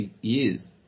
years